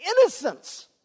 innocence